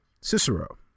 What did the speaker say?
Cicero